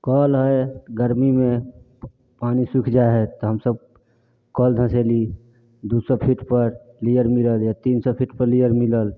कल हइ गर्मीमे पानि सुखि जाइ हइ तऽ हमसब कल धसैली दू सए फिटपर लेयर मिलल या तीन सए फिटपर लेयर मिलल